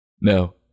No